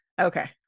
okay